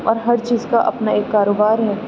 اور ہر چیز کا اپنا ایک کاروبار ہے